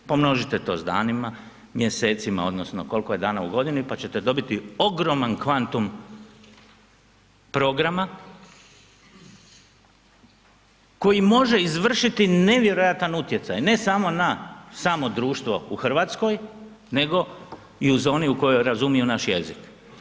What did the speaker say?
Pomnožite to s danima, mjesecima odnosno koliko je dana u godini pa ćete dobiti ogroman kvantum programa koji može izvršiti nevjerojatan utjecaj ne samo na samo društvo u Hrvatskoj nego i u zoni u kojoj razumiju naš jezik.